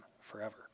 forever